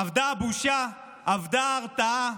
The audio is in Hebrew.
אבדה הבושה, אבדה ההרתעה,